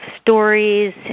stories